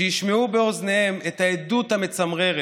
שישמעו באוזניהם את העדות המצמררת,